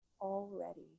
already